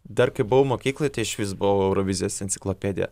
dar kai buvau mokykloj tai išvis buvau eurovizijos enciklopedija